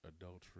adultery